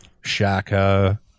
Shaka